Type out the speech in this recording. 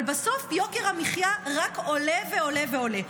אבל בסוף יוקר המחיה רק עולה ועולה ועולה.